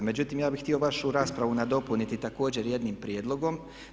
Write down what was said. Međutim, ja bih htio vašu raspravu nadopuniti također jednim prijedlogom.